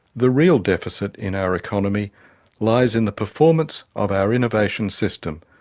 the real deficit in our economy lies in the performance of our innovation system,